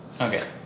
Okay